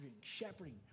shepherding